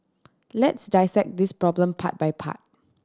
let's dissect this problem part by part